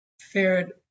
fared